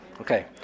Okay